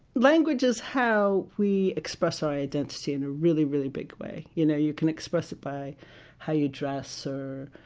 language is how we express our identity in a really really big way. you know you can express it by how you dress or